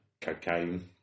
cocaine